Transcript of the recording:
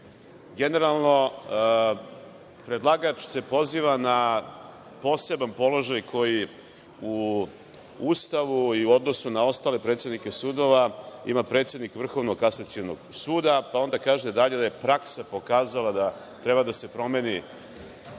Generalno, predlagač se poziva na poseban položaj koji u Ustavu i u odnosu na ostale predsednike sudova ima predsednik Vrhovnog kasacionog suda, pa onda se kaže dalje da je praksa pokazala da treba da se promeni